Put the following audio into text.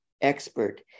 Expert